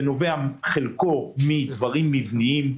זה נובע בחלקו מדברים מבניים.